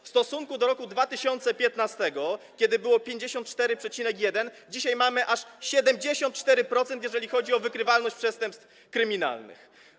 W stosunku do roku 2015, kiedy było 54,1%, dzisiaj mamy aż 74%, jeżeli chodzi o wykrywalność przestępstw kryminalnych.